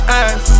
eyes